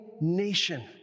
nation